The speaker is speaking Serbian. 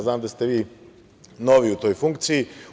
Znam da ste vi novi u toj funkciji.